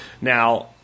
Now